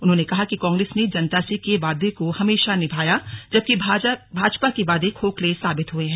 उन्होंने कहा कि कांग्रेस ने जनता से किये वादे को हमेशा निभाया जबकि भाजपा के वादे खोखले साबित हुए हैं